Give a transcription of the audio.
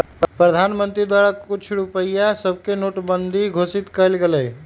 प्रधानमंत्री द्वारा कुछ रुपइया सभके नोटबन्दि घोषित कएल गेलइ